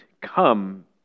come